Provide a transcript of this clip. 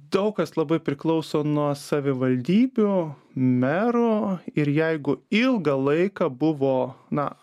daug kas labai priklauso nuo savivaldybių merų ir jeigu ilgą laiką buvo na